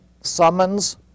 summons